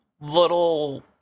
little